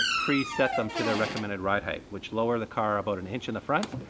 preset them to their recommended ride height, which lowers the car about an inch in the front,